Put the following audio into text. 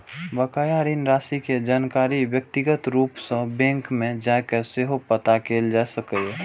बकाया ऋण राशि के जानकारी व्यक्तिगत रूप सं बैंक मे जाके सेहो पता कैल जा सकैए